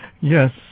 Yes